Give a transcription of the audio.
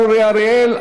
השר אורי אריאל,